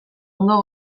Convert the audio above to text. ondo